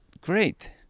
great